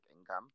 income